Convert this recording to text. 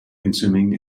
consuming